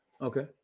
okay